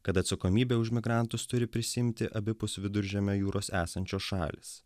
kad atsakomybę už migrantus turi prisiimti abipus viduržemio jūros esančios šalys